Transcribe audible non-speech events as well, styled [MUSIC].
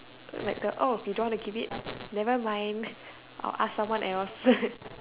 like the oh you don't want to give nevermind I'll ask someone else [LAUGHS]